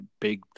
big